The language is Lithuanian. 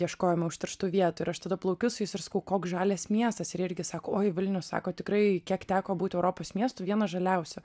ieškojome užterštų vietų ir aš tada plaukiu su jais ir sakau koks žalias miestas ir jie irgi sako oi vilnius sako tikrai kiek teko būti europos miestų vienas žaliausių